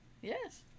Yes